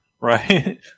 right